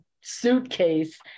suitcase